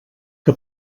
que